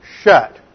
shut